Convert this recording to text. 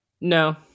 No